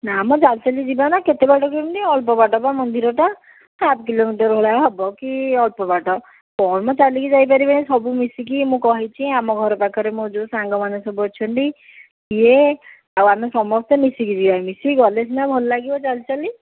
ନା ମ ଚାଲି ଚାଲି ଯିବା ନା କେତେ ବାଟକି ଏମିତି ଅଳ୍ପବାଟ ବା ମନ୍ଦିରଟା ହାପ୍ କିଲୋମିଟର ଭଳିଆ ବା ହେବ କି ଅଳ୍ପବାଟ କ'ଣ ମ ଚାଲିକି ଯାଇପାରିବାନି ସବୁ ମିଶିକି ମୁଁ କହିଛି ଆମ ଘର ପାଖରେ ମୋ ଯେଉଁ ସାଙ୍ଗମାନେ ସବୁ ଅଛନ୍ତି ସିଏ ଆଉ ଆମେ ସମସ୍ତେ ମିଶିକି ଯିବା ମିଶିକି ଗଲେ ସିନା ଭଲ ଲାଗିବ ଚାଲି ଚାଲି